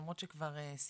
למרות שכבר סיכמתי.